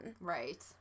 Right